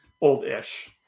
Old-ish